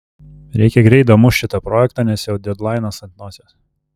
reikia greit damušt šitą projektą nes jau dedlainas ant nosies